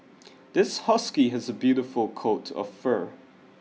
this husky has a beautiful coat of fur